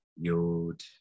yod